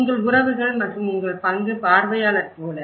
உங்கள் உறவுகள் மற்றும் உங்கள் பங்கு பார்வையாளர் போல